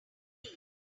key